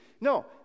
No